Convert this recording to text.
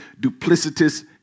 duplicitous